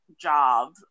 job